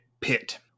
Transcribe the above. pit